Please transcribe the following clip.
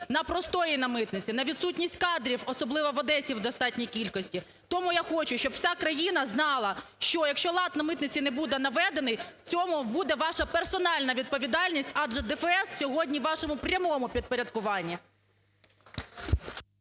на простої на митниці, на відсутність кадрів, особливо в Одесі в достатній кількості. Тому я хочу, щоб вся країна знала, що якщо лад на митниці не буде наведений, в цьому буде ваша персональна відповідальність, адже ДФС сьогодні в вашому прямому підпорядкуванні.